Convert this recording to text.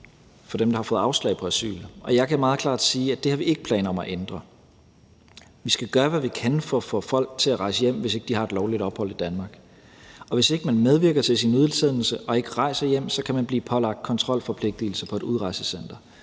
for dem, der har fået afslag på asyl. Jeg kan meget klart sige, at det har vi ikke planer om at ændre. Vi skal gøre, hvad vi kan, for at få folk til at rejse hjem, hvis de ikke har et lovligt ophold i Danmark. Og hvis ikke man medvirker til sin hjemsendelse og ikke rejser hjem, kan man blive pålagt kontrolforpligtigelse på et udrejsecenter.